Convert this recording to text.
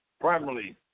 primarily